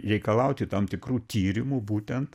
reikalauti tam tikrų tyrimų būtent